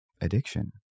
addiction